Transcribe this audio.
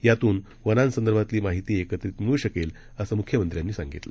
यातूनवनांसदर्भातलीमाहितीएकत्रितमिळूशकेल असंम्ख्यमंत्र्यांनीसांगितलं